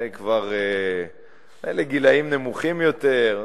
זה לגילאים נמוכים יותר.